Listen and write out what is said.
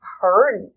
heard